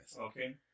Okay